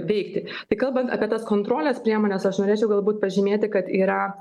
veikti tai kalbant apie tas kontrolės priemones aš norėčiau galbūt pažymėti kad yra